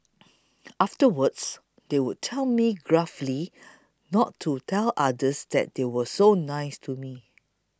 afterwards they would tell me gruffly not to tell others that they were so nice to me